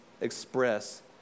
express